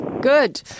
Good